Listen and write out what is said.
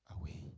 away